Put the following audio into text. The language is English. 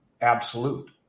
absolute